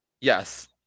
yes